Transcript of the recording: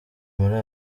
muri